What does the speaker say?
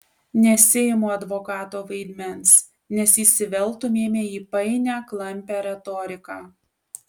nesiimu advokato vaidmens nes įsiveltumėme į painią klampią retoriką